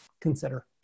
consider